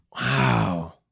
Wow